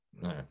No